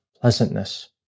pleasantness